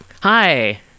hi